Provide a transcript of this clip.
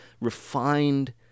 refined